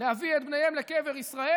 להביא את בניהן לקבר ישראל.